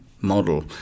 model